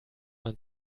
man